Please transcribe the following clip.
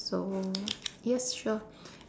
so yes sure